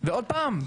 ועוד פעם,